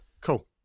Cool